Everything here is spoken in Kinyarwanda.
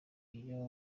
niyo